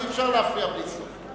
ואי-אפשר להפריע בלי סוף.